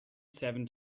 seven